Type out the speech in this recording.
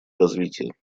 развитие